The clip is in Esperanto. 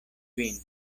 vin